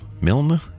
Milne